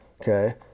okay